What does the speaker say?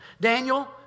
Daniel